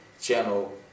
channel